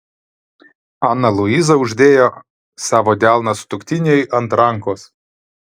ana luiza uždėjo savo delną sutuoktiniui ant rankos